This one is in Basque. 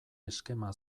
eskema